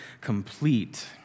complete